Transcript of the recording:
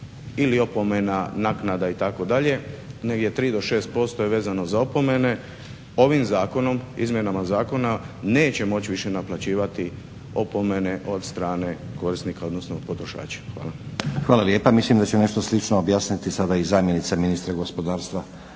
ili opomena, naknada itd., negdje 3 do 6% je vezano za opomene. Ovim zakonom, izmjenama zakona neće moći više naplaćivati opomene od strane korisnika odnosno potrošača. Hvala. **Stazić, Nenad (SDP)** Hvala lijepa. Mislim da će nešto slično objasniti sada i zamjenica ministra gospodarstva